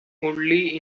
only